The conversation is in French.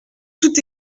tout